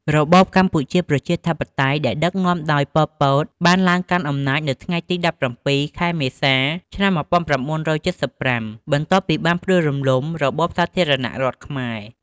របបកម្ពុជាប្រជាធិបតេយ្យ ដែលដឹកនាំដោយ ប៉ុល ពត បានឡើងកាន់អំណាចនៅថ្ងៃទី១៧ ខែមេសា ឆ្នាំ១៩៧៥ បន្ទាប់ពីបានផ្ដួលរំលំរបបសាធារណរដ្ឋខ្មែរ។